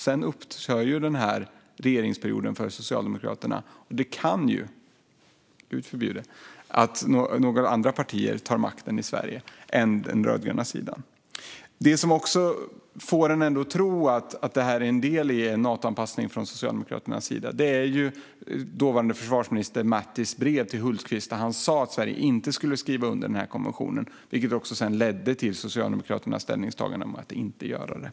Sedan upphör den här regeringsperioden för Socialdemokraterna, och det kan ju - gud förbjude - bli så att några andra parter än den rödgröna sidan tar makten i Sverige. Det som ändå får mig att tro att det här är en del i en Natoanpassning från Socialdemokraternas sida är dåvarande försvarsministerns, Mattis, brev till Hultqvist. Han sa där att Sverige inte skulle skriva under den här konventionen, vilket också ledde till Socialdemokraternas ställningstagande om att inte göra det.